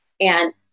And-